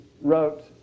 Wrote